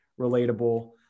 relatable